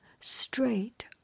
straight